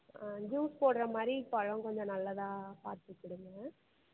ஆ juice போடுற மாதிரி பழம் கொஞ்சம் நல்லதாக பார்த்துக் கொடுங்க